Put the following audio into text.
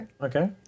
Okay